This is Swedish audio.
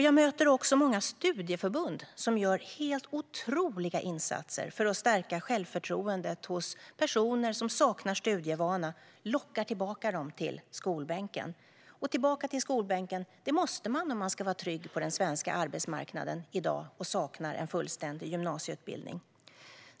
Jag möter också många studieförbund som gör helt otroliga insatser för att stärka självförtroendet hos personer som saknar studievana och lockar tillbaka dem till skolbänken. Och tillbaka till skolbänken måste man om man ska vara trygg på den svenska arbetsmarknaden i dag och saknar en fullständig gymnasieutbildning.